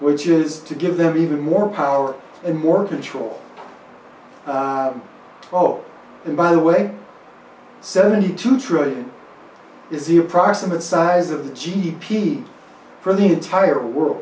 which is to give them even more power and more control oh by the way seventy two trillion is e approximate size of the g d p for the entire world